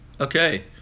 Okay